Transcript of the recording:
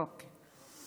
אוקיי.